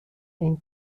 این